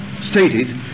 stated